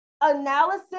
analysis